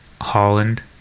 Holland